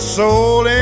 soul